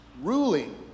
ruling